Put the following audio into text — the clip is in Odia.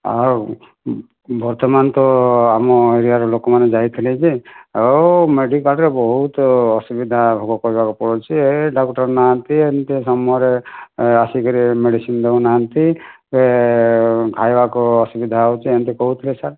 ହଁ ବର୍ତ୍ତମାନ ତ ଆମ ଏରିଆର ଲୋକମାନେ ଯାଇଥିଲେ ଯେ ଆଉ ମେଡିକାଲ୍ରେ ବହୁତ ଅସୁବିଧା ଭୋଗ କରିବାକୁ ପଡ଼ୁଛି ଏ ଡକ୍ଟର୍ ନାହାନ୍ତି ଏମିତିଆ ସମୟରେ ଆସିକରି ମେଡ଼ିସିନ୍ ଦେଉନାହାନ୍ତି ଖାଇବାକୁ ଅସୁବିଧା ହେଉଛି ଏମିତି କହୁଥିଲେ ସାର୍